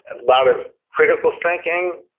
lot of critical thinking,